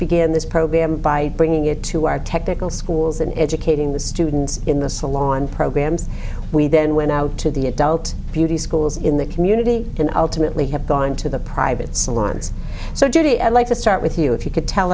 begin this program by bringing it to our technical schools and educating the students in the salon programs we then went out to the adult beauty schools in the community and ultimately have gone to the private salons so judy i'd like to start with you if you